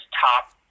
top